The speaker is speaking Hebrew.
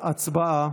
הצבעה.